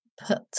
put